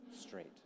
straight